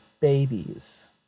babies